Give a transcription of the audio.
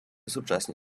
сучасні